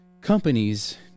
companies